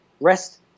rest